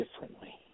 differently